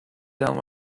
down